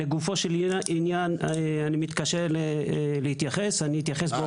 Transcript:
לגופו של עניין אני מתקשה להתייחס אני אתייחס באופן כללי.